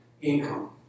income